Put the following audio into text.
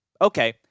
okay